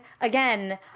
again